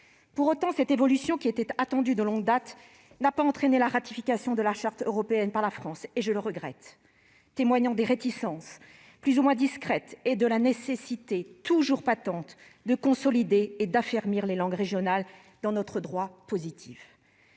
Pour autant, cette évolution, qui était attendue de longue date, n'a pas entraîné la ratification de la Charte européenne par la France- je le regrette -, témoignant des réticences, plus ou moins discrètes, et de la nécessité, toujours patente, de consolider et d'affermir les langues régionales dans notre droit positif.